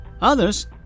Others